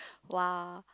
!wah!